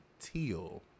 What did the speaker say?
Teal